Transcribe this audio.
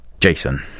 Jason